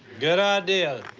good idea,